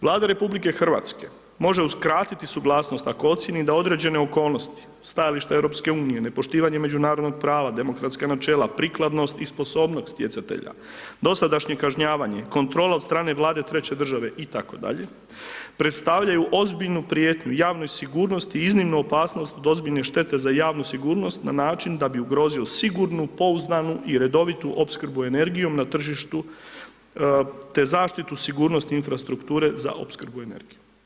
Vlada RH može uskratiti suglasnost ako ocijeni da određene okolnosti, stajalište EU-a, nepoštovanje međunarodnog prava, demokratska načela, prikladnost i sposobnost stjecatelja, dosadašnje kažnjavanje, kontrola od strane Vlade treće države itd., predstavljaju ozbiljnu javnoj sigurnosti, iznimnu opasnost od ozbiljnih štete ta javnu sigurnost da na način da bi ugrozio sigurnu, pouzdanu i redovitu opskrbu energijom na tržištu te zaštitu sigurnosti infrastrukture za opskrbu energijom.